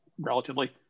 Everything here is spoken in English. relatively